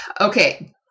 Okay